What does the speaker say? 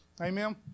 Amen